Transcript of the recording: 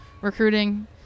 recruiting